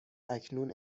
اکنون